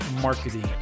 marketing